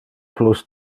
plus